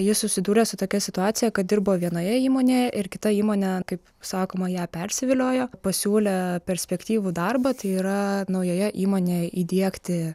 ji susidūrė su tokia situacija kad dirbo vienoje įmonėje ir kita įmonė kaip sakoma ją persiviliojo pasiūlė perspektyvų darbą tai yra naujoje įmonėj įdiegti